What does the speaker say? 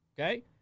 okay